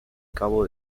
cabo